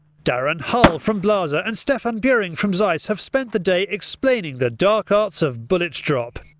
darren hull from blaser and stefan buehring from zeiss have spent the day explaining the dark arts of bullet drop.